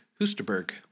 Husterberg